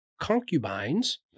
concubines